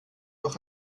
noch